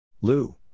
Lou